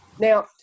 Now